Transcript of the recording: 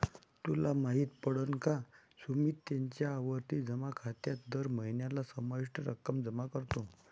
तुला माहित पडल का? सुमित त्याच्या आवर्ती जमा खात्यात दर महीन्याला विशिष्ट रक्कम जमा करतो